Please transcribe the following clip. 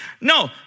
No